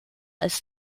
als